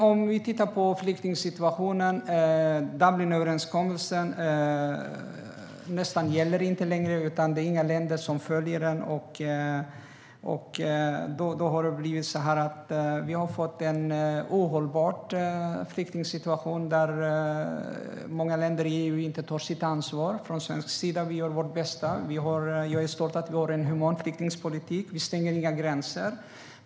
Om vi tittar på flyktingsituationen gäller Dublinöverenskommelsen nästan inte längre. Det är inte några länder som följer den. Vi har fått en ohållbar flyktingsituation där många länder i EU inte tar sitt ansvar. Från svensk sida gör vi vårt bästa. Jag är stolt över att vi har en human flyktingpolitik. Vi stänger inga gränser.